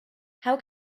how